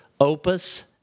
Opus